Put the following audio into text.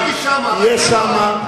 אני הייתי שם.